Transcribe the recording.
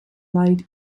light